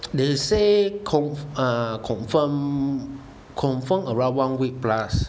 then say com~ uh confirm confirm around one week plus